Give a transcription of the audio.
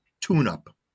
tune-up